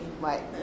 Right